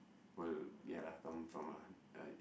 will ya lah come from ah uh